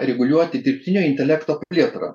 reguliuoti dirbtinio intelekto plėtrą